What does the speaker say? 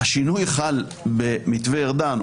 השינוי חל במתווה ארדן,